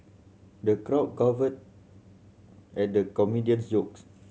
the crowd guffawed at the comedian's jokes